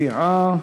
מציעה.